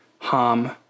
Ham